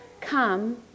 Come